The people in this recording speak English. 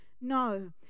No